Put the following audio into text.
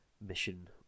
mission